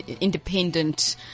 independent